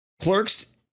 Clerks